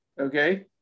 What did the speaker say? Okay